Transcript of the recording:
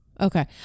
Okay